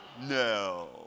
No